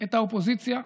את האופוזיציה,